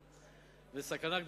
על כל פנים,